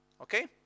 Okay